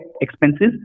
expenses